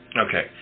Okay